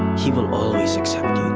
he will always accept